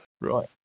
Right